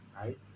right